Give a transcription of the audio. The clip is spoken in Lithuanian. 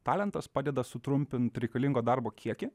talentas padeda sutrumpint reikalingo darbo kiekį